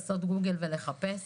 לעשות גוגל ולחפש.